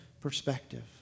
perspective